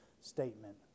statement